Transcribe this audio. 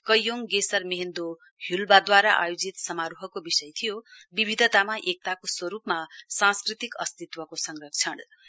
कैयोङ गेसरमेहेन्दो ह्यूलवादूवारा आयोजित समारोहको विषय थियो विविधतामा एकताको स्वरुपमा सांस्कृतिक अस्तित्वको संरक्षण